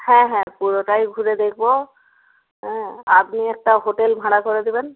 হ্যাঁ হ্যাঁ পুরোটাই ঘুরে দেখব হ্যাঁ আপনি একটা হোটেল ভাড়া করে দেবেন